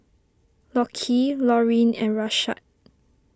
Lockie Laurine and Rashad